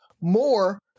more